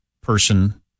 person